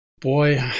Boy